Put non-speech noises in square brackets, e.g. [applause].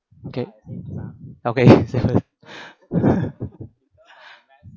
okay [laughs]